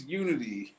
unity